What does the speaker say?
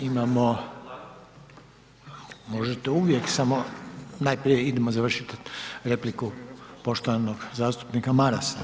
Imamo … [[Upadica iz klupe se ne razumije]] Možete uvijek, samo najprije idemo završit repliku poštovanog zastupnika Marasa…